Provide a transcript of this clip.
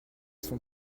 sont